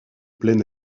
plein